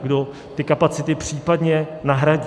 Kdo ty kapacity případně nahradí?